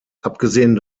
abgesehen